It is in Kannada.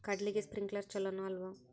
ಕಡ್ಲಿಗೆ ಸ್ಪ್ರಿಂಕ್ಲರ್ ಛಲೋನೋ ಅಲ್ವೋ?